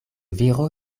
viro